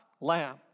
lamb